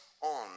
on